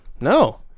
No